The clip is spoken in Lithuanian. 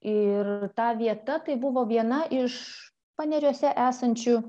ir ta vieta tai buvo viena iš paneriuose esančių